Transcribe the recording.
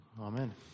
Amen